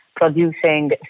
producing